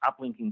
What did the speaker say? uplinking